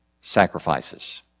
sacrifices